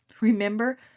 remember